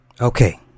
Okay